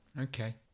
Okay